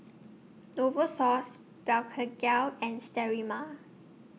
Novosource Blephagel and Sterimar